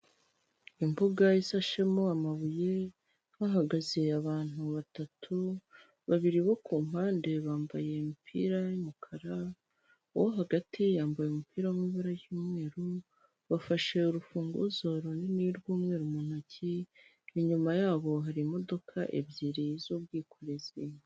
Imbuga isashemo amabuye hakaba hahagaze abantu batatu, babiri bo ku mpande bambaye imipira y'umukara wo hagati yambaye umupira w'amabara y'umweru, bafashe urufunguzo runini rw'umweru mu ntoki, inyuma yabo hari imodoka ebyiri z'ubwikorezi.